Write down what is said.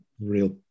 real